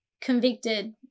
convicted